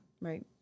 Right